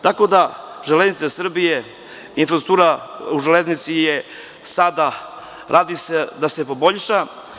Tako da, „Železnice Srbije“, infrastruktura u „Železnici“, sada se radi na tome da se poboljša.